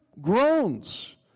groans